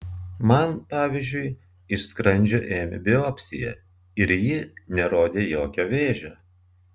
man pavyzdžiui iš skrandžio ėmė biopsiją ir ji nerodė jokio vėžio